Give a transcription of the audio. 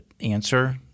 answer